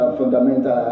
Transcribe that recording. fundamental